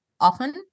often